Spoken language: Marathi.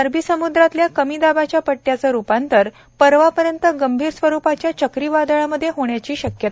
अरबी समुद्रातल्या कमी दाबाच्या पट्टयाचं रूपांतर परवापर्यंत गंभीर स्वरूपाच्या चक्री वादळामध्ये होण्याची शक्यता